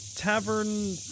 tavern